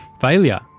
Failure